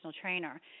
trainer